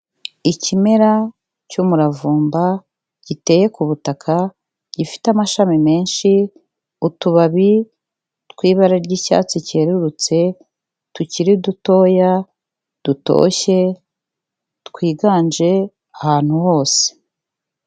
Ikimera cy'umuravumba giteye ku butaka gifite amashami menshi, utubabi tw'ibara ry'icyatsi cyerurutse tukiri dutoya, dutoshye twiganje ahantu hose.